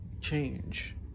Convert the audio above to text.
change